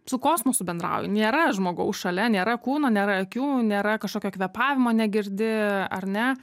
su kosmosu bendrauji nėra žmogaus šalia nėra kūno nėra akių nėra kažkokio kvėpavimo negirdi ar ne